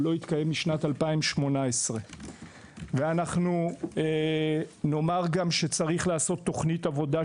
הוא לא התקיים משנת 2018. אנחנו גם נאמר שצריך לעשות תוכנית עבודה,